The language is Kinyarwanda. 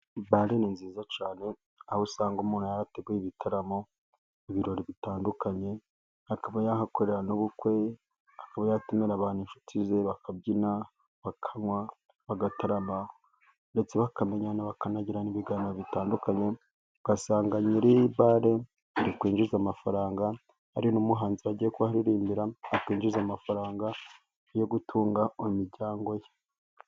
Bare ni nziza cyane aho usanga umuntu yarateguye ibitaramo mu birori bitandukanye, akaba yahakorera n'ubukwe akaba yatumira abantu inshuti ze bakabyina bakanywa, bagatarama. Ndetse bakamenyana bakanagirana ibiganiro bitandukanye, ugasanga nyiri bare arikwinjiza amafaranga ari n'umuhanzi wagiye kuhariririmbira akinjiza amafaranga yo gutunga imiryango ye.